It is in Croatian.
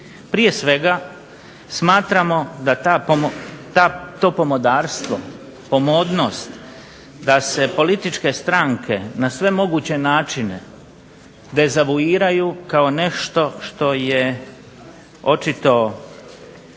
Prije svega smatramo da to pomodarstvo, pomodnost da se političke stranke na sve moguće načine dezavuiraju kao nešto što je očito